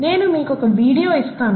నేను మీకొక వీడియో ఇస్తాను